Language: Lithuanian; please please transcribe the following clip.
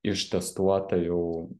ištestuota jau